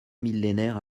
millénaire